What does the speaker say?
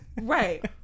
Right